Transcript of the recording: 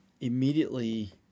immediately